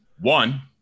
one